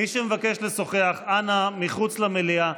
מי שמבקש לשוחח, אנא, מחוץ למליאה.